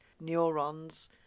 neurons